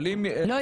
אבל אם --- לא,